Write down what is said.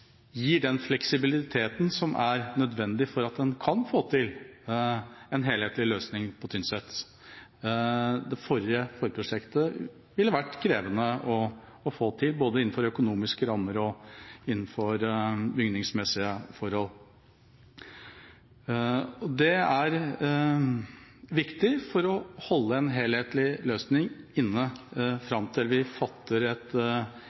gir den fleksibiliteten som er nødvendig for at man kan få til en helhetlig løsning på Tynset. Det forrige forprosjektet ville vært krevende å få til både innenfor økonomiske rammer og ut fra bygningsmessige forhold. Dette er viktig for å holde på en helhetlig løsning fram til vi fatter et